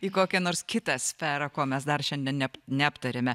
į kokią nors kitą sferą ko mes dar šiandien ne neaptarėme